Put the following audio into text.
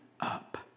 up